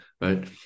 right